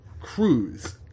cruise